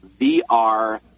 VR